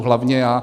Hlavně já.